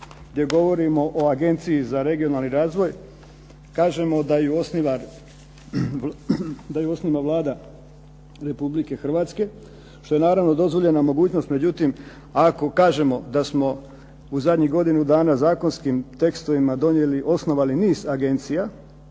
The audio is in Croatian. gdje govorimo o agenciji za regionalni razvoj, kažemo da ju osniva Vlada Republike Hrvatske, što je naravno dozvoljena mogućnost. Međutim, ako kažemo da smo u zadnjih godinu dana zakonskih tekstova osnovali niz agencija